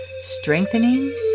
strengthening